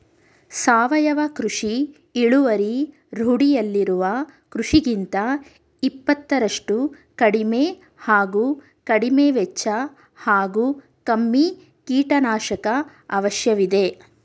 ಸಾವಯವ ಕೃಷಿ ಇಳುವರಿ ರೂಢಿಯಲ್ಲಿರುವ ಕೃಷಿಗಿಂತ ಇಪ್ಪತ್ತರಷ್ಟು ಕಡಿಮೆ ಹಾಗೂ ಕಡಿಮೆವೆಚ್ಚ ಹಾಗೂ ಕಮ್ಮಿ ಕೀಟನಾಶಕ ಅವಶ್ಯವಿದೆ